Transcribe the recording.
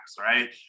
right